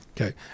Okay